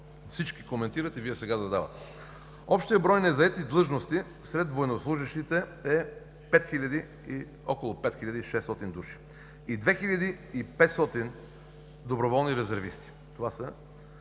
всички коментират и Вие сега задавате. Общият брой незаети длъжности сред военнослужещите е около 5600 души и 2500 доброволни резервисти. Съвкупно